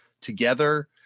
together